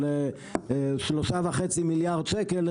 של 3.5 מיליארד שקלים,